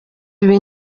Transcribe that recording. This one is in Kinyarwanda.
ibi